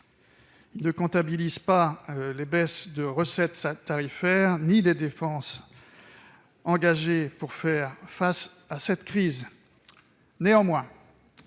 Il ne comptabilise pas non plus les baisses de recettes tarifaires ni les dépenses engagées pour faire face à la crise. N'étant pas